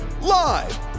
Live